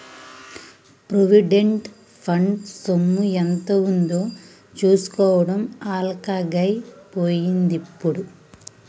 provident fund సొమ్ము ఎంత ఉందో చూసుకోవడం అల్కగై పోయిందిప్పుడు